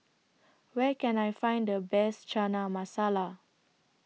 Where Can I Find The Best Chana Masala